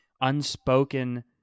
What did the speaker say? unspoken